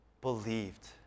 believed